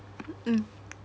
mm